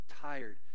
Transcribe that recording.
tired